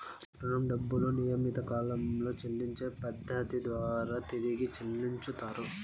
రుణం డబ్బులు నియమిత కాలంలో చెల్లించే పద్ధతి ద్వారా తిరిగి చెల్లించుతరు